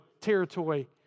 territory